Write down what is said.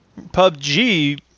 PUBG